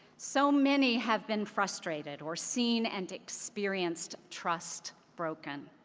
so many have been frustrated or seen and experienced trust broken.